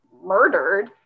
murdered